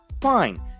Fine